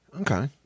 Okay